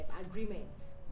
agreements